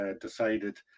decided